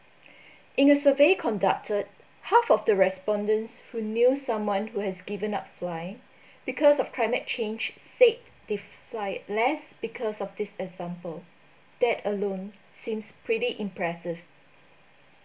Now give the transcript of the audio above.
in a survey conducted half of the respondents who knew someone who has given up flying because of climate change said they fly less because of this example that alone seems pretty impressive